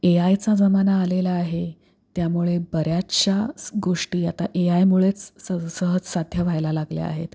एआयचा जमाना आलेला आहे त्यामुळे बऱ्याचशा गोष्टी आता एआयमुळेच स सहज साध्य व्हायला लागल्या आहेत